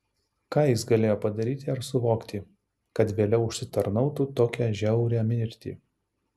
ką jis galėjo padaryti ar suvokti kad vėliau užsitarnautų tokią žiaurią mirtį